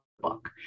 book